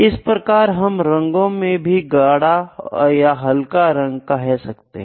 इसी प्रकार हम रंगों में भी गाढ़ा या हल्का रंग कह सकते हैं